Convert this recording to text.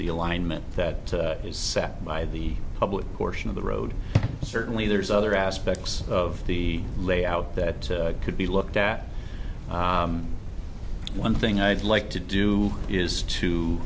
the alignment that is set by the public portion of the road certainly there's other aspects of the layout that could be looked at one thing i'd like to do is to